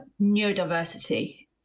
neurodiversity